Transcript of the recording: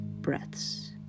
breaths